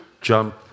jump